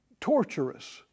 torturous